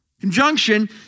conjunction